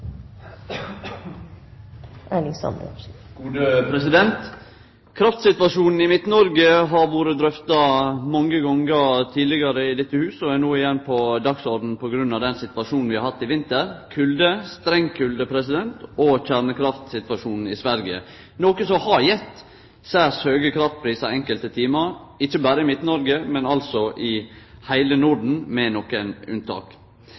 av den situasjonen vi har hatt i vinter med streng kulde og kjernekraftsituasjonen i Sverige, noko som har gitt særs høge kraftprisar enkelte timar ikkje berre i Midt-Noreg, men altså i heile Norden med nokre unntak.